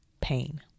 pain